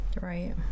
Right